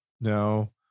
No